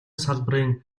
салбарын